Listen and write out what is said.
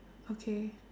okay